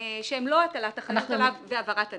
שהם לא הטלת אחריות עליו בהעברת הנטל,